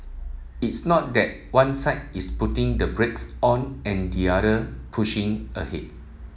it's not that one side is putting the brakes on and the other pushing ahead